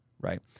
Right